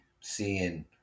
seeing